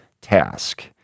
task